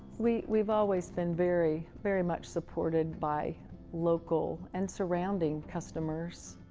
we've we've always been very, very much supported by local and surrounding customers.